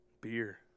beer